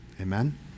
Amen